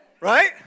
Right